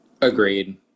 Agreed